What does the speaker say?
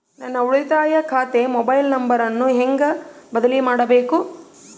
ನನ್ನ ಉಳಿತಾಯ ಖಾತೆ ಮೊಬೈಲ್ ನಂಬರನ್ನು ಹೆಂಗ ಬದಲಿ ಮಾಡಬೇಕು?